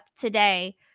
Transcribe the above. today